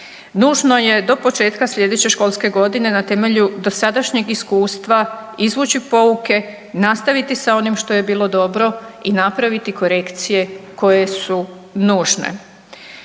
Nužno je do početka sljedeće školske godine na temelju dosadašnjeg iskustva izvući pouke, nastaviti s onim što je bilo dobro i napraviti korekcije koje su nužne.